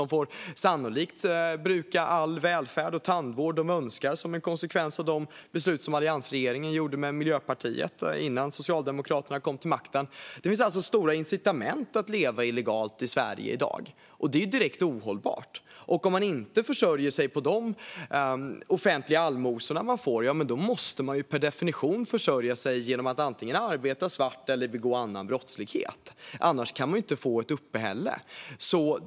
De får sannolikt bruka all välfärd och tandvård som de önskar som en konsekvens av de beslut som alliansregeringen fattade tillsammans med Miljöpartiet innan Socialdemokraterna kom till makten. Det finns alltså stora incitament att leva illegalt i Sverige i dag, och det är direkt ohållbart. Och om man inte försörjer sig på de offentliga allmosor man får måste man per definition försörja sig genom att antingen arbeta svart eller begå annan brottslighet. Annars kan man inte få ett uppehälle.